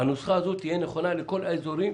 הנוסחה הזאת תהיה נכונה לכל האזורים